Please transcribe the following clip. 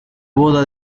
boda